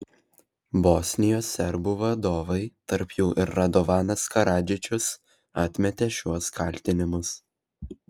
bosnijos serbų vadovai tarp jų ir radovanas karadžičius atmetė šiuos kaltinimus